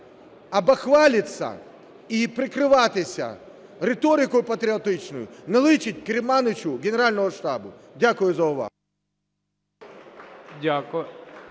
бахвалиться и прикриватися риторикою патріотичною не личить керманичу Генерального штабу. Дякую за увагу.